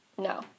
No